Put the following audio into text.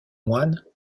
moine